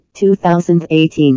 2018